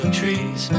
trees